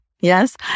yes